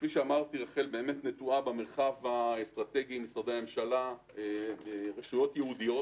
רח"ל נטועה במרחב האסטרטגי עם משרדי הממשלה ורשויות ייעודיות.